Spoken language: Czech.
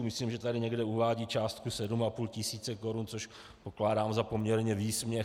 Myslím, že tady někde uvádí částku 7,5 tisíce korun, což pokládám za poměrně výsměch.